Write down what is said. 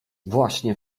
właśnie